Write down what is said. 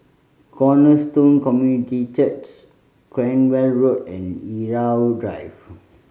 Cornerstone Community Church Cranwell Road and Irau Drive